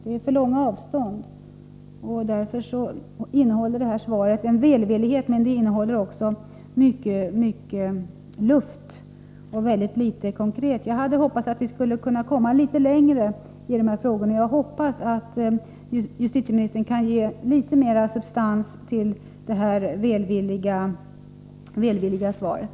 Det är för långa avstånd. Därför anser jag att justitieministerns svar ger uttryck för en välvillighet, men det innehåller också mycket luft, och väldigt litet av konkreta besked. Jag hade trott att vi skulle kunna komma litet längre i de här frågorna. Jag hoppas därför att justitieministern kan lägga något mera av substans till det välvilliga svaret.